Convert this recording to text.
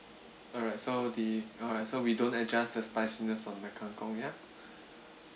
alright so the alright so we don't adjust the spiciness on the kangkong ya